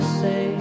say